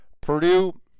Purdue